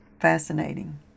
fascinating